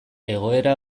egoera